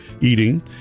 eating